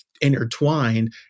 intertwined